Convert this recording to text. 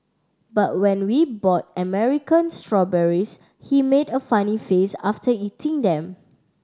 but when we bought American strawberries he made a funny face after eating them